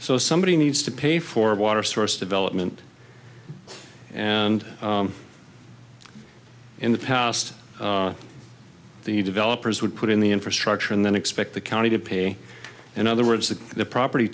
so somebody needs to pay for water source development and in the past the developers would put in the infrastructure and then expect the county to pay in other words that the property